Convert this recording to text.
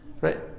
Right